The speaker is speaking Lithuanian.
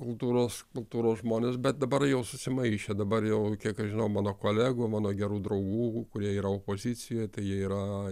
kultūros kultūros žmones bet dabar jau susimaišė dabar jau kiek aš žinau mano kolegų mano gerų draugų kurie yra opozicijoj tai jie yra